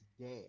dead